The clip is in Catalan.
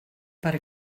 per